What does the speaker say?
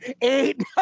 Eight